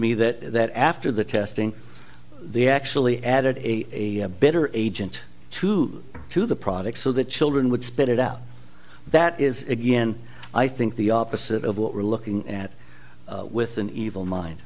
me that that after the testing the actually added a better agent to to the products so that children would spit it out that is again i think the opposite of what we're looking at with an evil mind